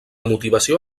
motivació